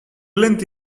length